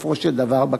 בסופו של דבר.